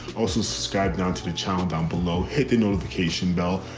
also, skype down to the channel down below. hit the notification bell.